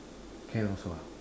can also ah